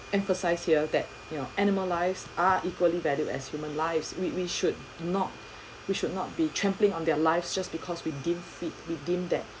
emphasize here that you know animal lives are equally valued as human lives we we should not we should not be trampling on their lives just because we deem fit within that